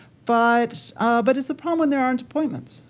but but it's a problem when there aren't appointments.